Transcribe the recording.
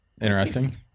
Interesting